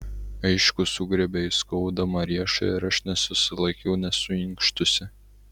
aišku sugriebė jis skaudamą riešą ir aš nesusilaikiau nesuinkštusi